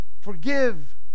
Forgive